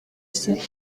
sac